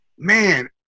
Man